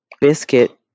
biscuit